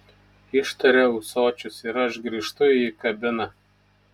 ištaria ūsočius ir aš grįžtu į kabiną